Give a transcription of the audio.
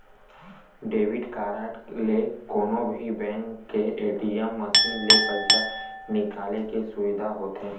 debit card ले कोनो भी बेंक के ए.टी.एम मसीन ले पइसा निकाले के सुबिधा होथे